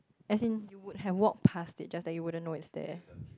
as in you would had walk pass there just that you wouldn't know is there